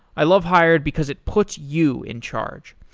i love hired because it puts you in charge.